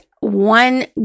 one